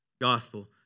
Gospel